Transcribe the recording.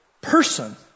person